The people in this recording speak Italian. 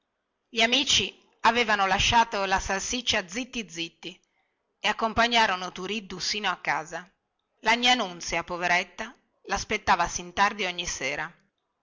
gli amici avevano lasciato la salsiccia zitti zitti e accompagnarono turiddu sino a casa la gnà nunzia poveretta laspettava sin tardi ogni sera